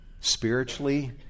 spiritually